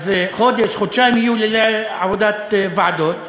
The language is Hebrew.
אז חודש-חודשיים יהיו לעבודת ועדות,